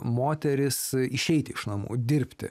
moteris išeiti iš namų dirbti